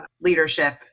leadership